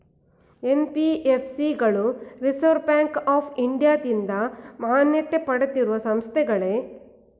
NBFC ಗಳು reserve bank of ಇಂಡಿಯಾದಿಂದ ಮಾನ್ಯತೆ ಪಡೆದಿರುವ ಸಂಸ್ಥೆಗಳೇ?